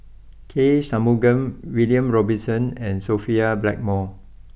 K Shanmugam William Robinson and Sophia Blackmore